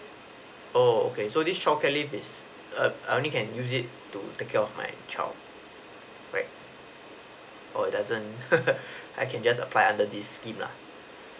oo okay so this childcare leave is I I only can use it to take care of my child right or it doesn't I can just apply under this scheme lah